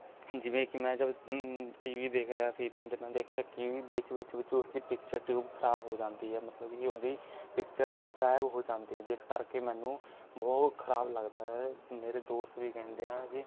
ਜਿਵੇਂ ਕਿ ਮੈਂ ਜਦ ਟੀ ਵੀ ਦੇਖ ਰਿਹਾ ਸੀ ਤਦ ਮੈਂ ਦੇਖਿਆ ਕਿ ਵਿੱਚ ਵਿਚ ਵਿੱਚ ਉਸਦੀ ਪਿਕਚਰ ਟਿਊਬ ਖ਼ਰਾਬ ਹੋ ਜਾਂਦੀ ਹੈ ਮਤਲਬ ਕਿ ਉਹਦੀ ਪਿਕਚਰ ਗਾਇਬ ਹੋ ਜਾਂਦੀ ਹੈ ਜਿਸ ਕਰਕੇ ਮੈਨੂੰ ਬਹੁਤ ਖ਼ਰਾਬ ਲੱਗਦਾ ਹੈ ਮੇਰੇ ਦੋਸਤ ਵੀ ਕਹਿੰਦੇ ਆ ਕਿ